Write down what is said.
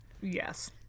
yes